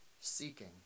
seeking